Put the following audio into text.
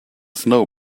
snow